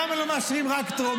למה לא מאשרים רק בטרומית?